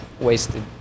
Wasted